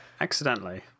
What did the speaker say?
Accidentally